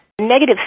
Negative